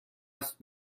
است